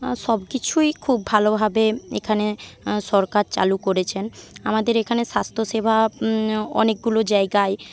সবকিছুই খুব ভালোভাবে এখানে সরকার চালু করেছেন আমাদের এখানে স্বাস্থ্যসেবা অনেকগুলো জায়গায়